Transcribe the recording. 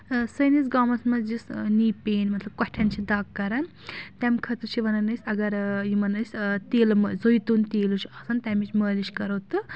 سٲنِس گامَس منٛز یُس نی پین مطلب کۄٹھؠن چھِ دَگ کران تَمہِ خٲطرٕ چھِ وَنان أسۍ اَگر یِمن أسۍ تیٖلہٕ زٔیتُن تیٖلہٕ چھُ آسان تَمِچ مٲلِش کَرو تہٕ